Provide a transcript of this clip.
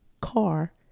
car